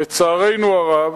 לצערנו הרב,